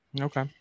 Okay